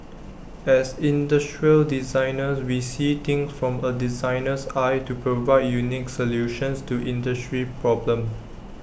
as industrial designers we see things from A designer's eye to provide unique solutions to industry problems